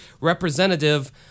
representative